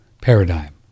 paradigm